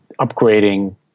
upgrading